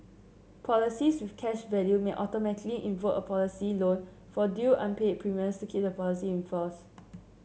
policies with cash value may automatically invoke a policy loan for due unpaid premiums to keep the policy in force